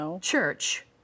church